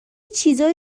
چیزایی